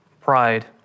pride